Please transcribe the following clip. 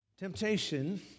Temptation